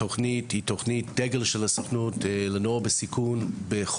התוכנית הזו היא תוכנית הדגל של הסוכנות והיא פועלת